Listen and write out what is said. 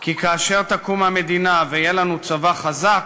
כי כאשר תקום המדינה ויהיה לנו צבא חזק,